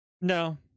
No